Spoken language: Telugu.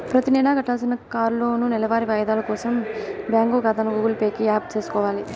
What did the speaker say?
ప్రతినెలా కట్టాల్సిన కార్లోనూ, నెలవారీ వాయిదాలు కోసరం బ్యాంకు కాతాని గూగుల్ పే కి యాప్ సేసుకొవాల